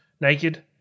naked